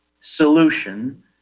solution